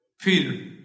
Peter